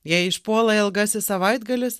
jei išpuola ilgasis savaitgalis